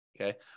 Okay